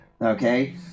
okay